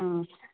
अँ